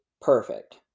perfect